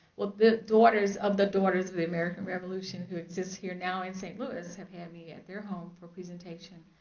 well the daughters of the daughters of the american revolution who exist here now in st. louis have had me at their home for a presentation.